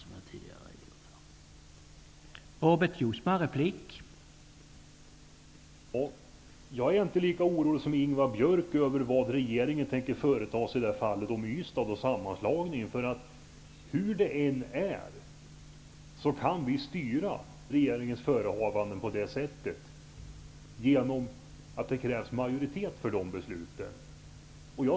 Det har jag tidigare redogjort för.